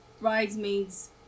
bridesmaids